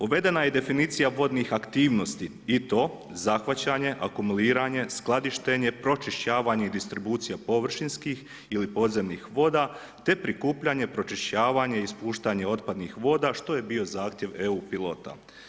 Uvedena je i definicija vodnih aktivnosti i to zahvaćanje, akumuliranje, skladištenje, pročišćavanje i distribucija površinskih ili podzemnih voda te prikupljanje, pročišćavanje ispuštanje otpadnih voda što je bio zahtjev EU pilota.